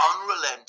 unrelenting